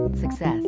Success